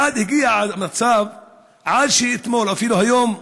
עד שהגיע למצב שאתמול, אפילו היום,